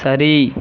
சரி